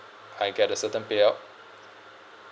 I get a certain payout